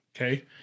Okay